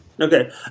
Okay